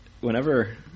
whenever